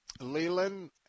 Leland